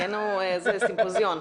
נהיינו סימפוזיון.